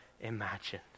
imagine